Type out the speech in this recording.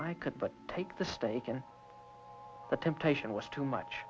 i could but take the steak and the temptation was too much